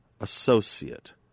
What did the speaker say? associate